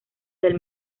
del